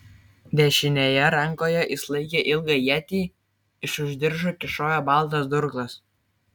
dešinėje rankoje jis laikė ilgą ietį iš už diržo kyšojo baltas durklas